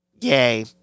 yay